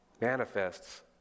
manifests